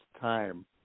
time